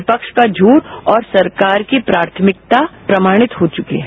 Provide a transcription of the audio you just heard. विपक्ष का झूठ और सरकार की प्राथमिकता प्रमाणित हो चुकी है